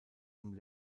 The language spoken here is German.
dem